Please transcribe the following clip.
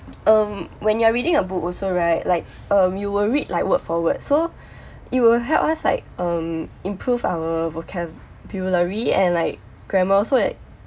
um when you are reading a book also right like um you will read like word for word so it will help us like um improve our vocabulary and like grammar also